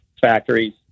factories